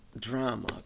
drama